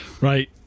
right